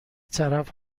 طرف